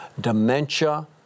dementia